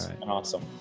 Awesome